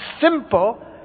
simple